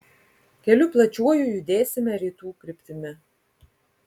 keliu plačiuoju judėsime rytų kryptimi